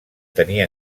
tenir